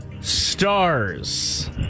Stars